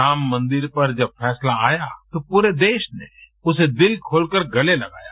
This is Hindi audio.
राम मंदिर पर जब फैसला आया तो पूरे देश ने उसे दिल खोलकर गले लगाया